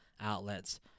outlets